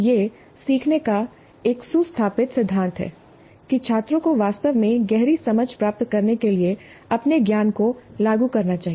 यह सीखने का एक सुस्थापित सिद्धांत है कि छात्रों को वास्तव में गहरी समझ प्राप्त करने के लिए अपने ज्ञान को लागू करना चाहिए